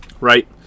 Right